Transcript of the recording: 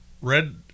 red